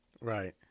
Right